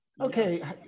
Okay